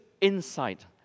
insight